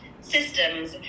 systems